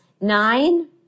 nine